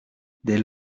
dès